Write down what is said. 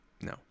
no